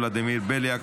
ולדימיר בליאק,